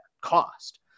cost